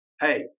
Hey